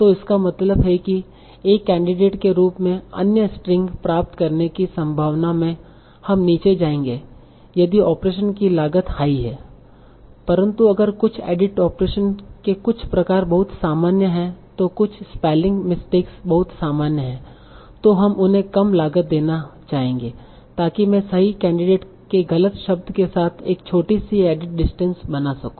तो इसका मतलब है कि एक कैंडिडेट के रूप में अन्य स्ट्रिंग प्राप्त करने की संभावना में हम नीचे जाएंगे यदि ऑपरेशन की लागत हाई है परंतु अगर कुछ एडिट ऑपरेशन के कुछ प्रकार बहुत सामान्य हैं तो कुछ स्पेलिंग मिस्टेक्स बहुत सामान्य हैं तो हम उन्हें कम लागत देना चाहेंगे ताकि मैं सही कैंडिडेट के गलत शब्द के साथ एक छोटी सी एडिट डिस्टेंस बना सकूं